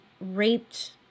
raped